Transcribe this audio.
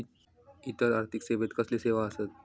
इतर आर्थिक सेवेत कसले सेवा आसत?